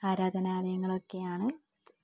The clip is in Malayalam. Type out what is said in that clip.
ആരാധനാലയങ്ങളൊക്കെയാണ്